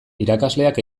irakasleak